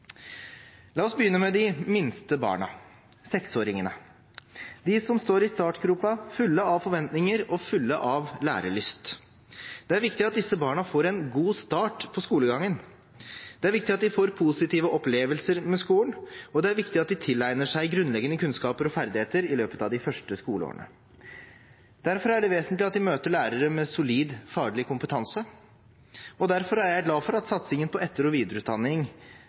La oss begynne med de minste barna, 6-åringene, de som står i startgropa fulle av forventninger og fulle av lærelyst. Det er viktig at disse barna får en god start på skolegangen. Det er viktig at de får positive opplevelser med skolen, og det er viktig at de tilegner seg grunnleggende kunnskaper og ferdigheter i løpet av de første skoleårene. Derfor er det vesentlig at de møter lærere med solid faglig kompetanse, og derfor er jeg glad for at satsingen på etter- og videreutdanning